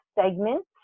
segment